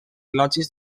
elogis